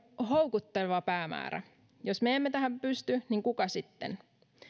houkutteleva päämäärä jos me emme tähän pysty niin kuka sitten